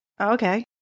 okay